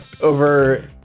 over